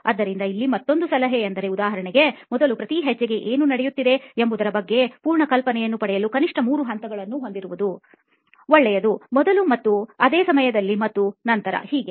ಆದ್ದರಿಂದ ಇಲ್ಲಿ ಮತ್ತೊಂದು ಸಲಹೆ ಎಂದರೆ ಉದಾಹರಣೆಗೆ ಮೊದಲು ಪ್ರತಿ ಹೆಜ್ಜೆಗೆ ಏನು ನಡೆಯುತ್ತಿದೆ ಎಂಬುದರ ಬಗ್ಗೆ ಪೂರ್ಣ ಕಲ್ಪನೆಯನ್ನು ಪಡೆಯಲು ಕನಿಷ್ಠ ಮೂರು ಹಂತಗಳನ್ನು ಹೊಂದಿರುವುದು ಒಳ್ಳೆಯದುಮೊದಲು ಮತ್ತು ಮತ್ತು ಅದೇ ಸಮಯದಲ್ಲಿ ಮತ್ತು ನಂತರ ಹೀಗೆ